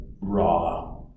raw